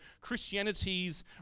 Christianity's